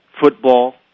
football